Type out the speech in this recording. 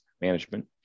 management